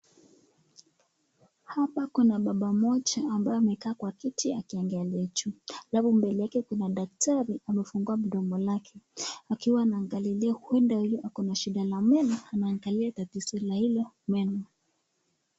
Hapa kuna baba mmoja ambaye amekaa kwa kiti akiangalia juu, halafu mbele yake kuna daktari amefungua mdomo lake akiwa akiangalilia huenda huyu ako na shida ya meno. Anangalia tatizo hilo la meno.